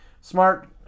Smart